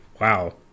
wow